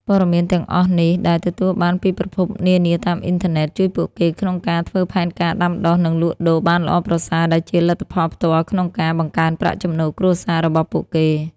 ព័ត៌មានទាំងអស់នេះដែលទទួលបានពីប្រភពនានាតាមអ៊ីនធឺណិត ជួយពួកគេក្នុងការ ធ្វើផែនការដាំដុះ និង លក់ដូរបានល្អប្រសើរ ដែលជាលទ្ធផលផ្ទាល់ក្នុងការ បង្កើនប្រាក់ចំណូលគ្រួសារ របស់ពួកគេ។